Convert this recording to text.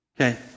Okay